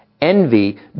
envy